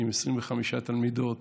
עם 25 תלמידות